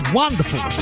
wonderful